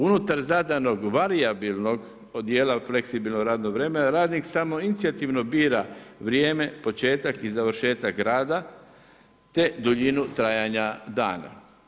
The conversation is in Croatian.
Unutar zadanog varijabilnog od dijela fleksibilnog radnog vremena, radnik samoinicijativno bira vrijeme, početak i završetak rada, te duljinu trajanja dana.